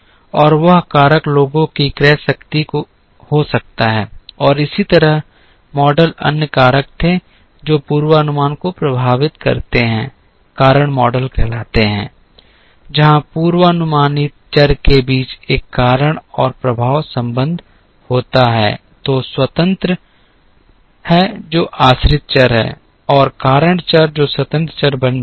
और वह कारक लोगों की क्रय शक्ति हो सकता है और इसी तरह मॉडल अन्य कारक थे जो पूर्वानुमान को प्रभावित करते हैं कारण मॉडल कहलाते हैं जहां पूर्वानुमानित चर के बीच एक कारण और प्रभाव संबंध होता है जो स्वतंत्र है जो आश्रित चर है और कारण चर जो स्वतंत्र चर बन जाता है